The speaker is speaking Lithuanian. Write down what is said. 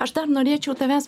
aš dar norėčiau tavęs